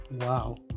wow